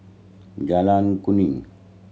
Jalan Kuning